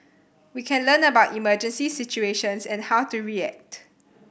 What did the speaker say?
we can learn about emergency situations and how to react